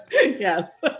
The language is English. Yes